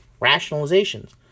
rationalizations